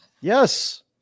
Yes